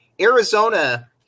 Arizona